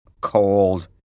cold